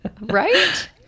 right